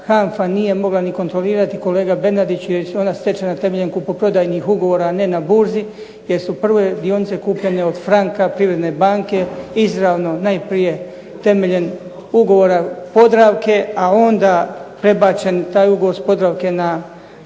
HANFA nije mogla ni kontrolirati, kolega Bernardiću, jer se ona stječe na temelju kupoprodajnih ugovora, a ne na burzi, jer su prve dionice otkupljene od Franka, Privredne banke, izravno najprije temeljem ugovora Podravke, a onda je prebačen taj ugovor s Podravke na